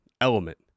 element